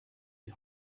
die